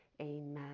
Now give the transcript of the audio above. amen